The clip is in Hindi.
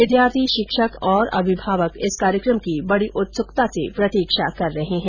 विद्यार्थी शिक्षक और अभिभावक इस कार्यक्रम की बड़ी उत्सुकता से प्रतीक्षा कर रहे हैं